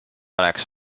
oleks